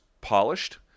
polished